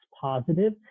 Positive